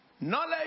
Knowledge